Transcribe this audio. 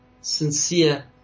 sincere